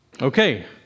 Okay